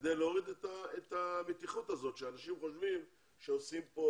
כדי להוריד את המתיחות הזאת כי אנשים חושבים שעושים כאן